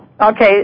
Okay